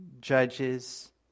judges